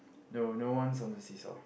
no no one's on the see-saw